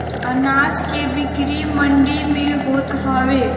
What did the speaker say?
अनाज के बिक्री मंडी में होत हवे